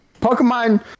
Pokemon